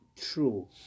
true